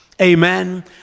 Amen